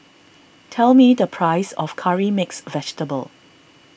tell me the price of Curry Mixed Vegetable